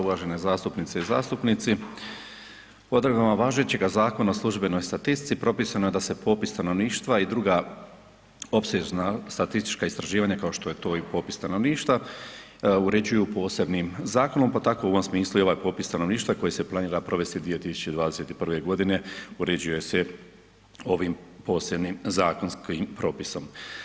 Uvažene zastupnice i zastupnici, odredbama važećega Zakona o službenoj statistici propisano je da se popis stanovništva i druga opsežna statistička istraživanja kao što je to i popis stanovništva uređuju posebnim zakonom, pa tako u ovom smislu i ovaj popis stanovništva koji se planira provesti 2021. godine, uređuje se ovim posebnim zakonskim propisom.